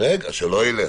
שלא ילך.